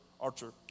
archer